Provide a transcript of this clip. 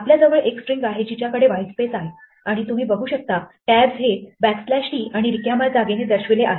आपल्याजवळ एक स्ट्रिंग आहे जिच्याकडे व्हाइटस्पेस आहे आणि तुम्ही बघू शकता टैब्ज़ हे बॅकस्लॅश t आणि रिकाम्या जागेने दर्शविले आहे